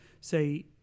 say